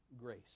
grace